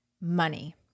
money